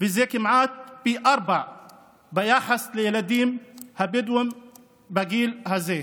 וזה כמעט פי ארבעה ביחס לשיעור הילדים הבדואים בגיל הזה.